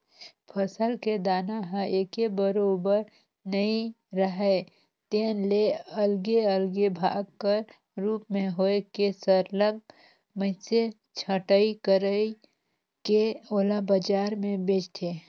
फसल के दाना ह एके बरोबर नइ राहय तेन ले अलगे अलगे भाग कर रूप में होए के सरलग मइनसे छंटई कइर के ओला बजार में बेंचथें